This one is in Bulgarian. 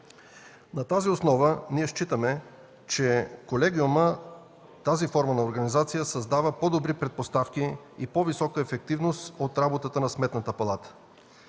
На тази основа ние считаме, че колегиумът – тази форма на организация, създава по-добри предпоставки за ефективност в работата на Сметната палата.